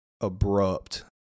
abrupt